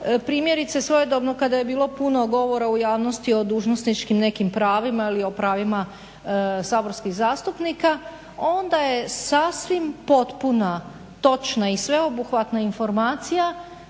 primjerice svojedobno kada je bilo puno govora u javnosti o dužnosničkim nekim pravima ili o pravima saborskih zastupnika onda je sasvim potpuna točna i sveobuhvatna informacija